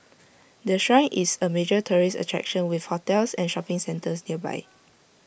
the Shrine is A major tourist attraction with hotels and shopping centres nearby